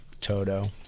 Toto